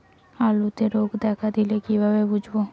আলুতে রোগ দেখা দিলে কিভাবে বুঝবো?